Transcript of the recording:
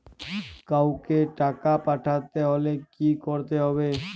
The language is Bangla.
কাওকে টাকা পাঠাতে হলে কি করতে হবে?